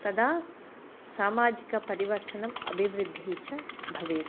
तदा सामाजिकपरिचर्तनम् अभिवृद्धिः च भवेत्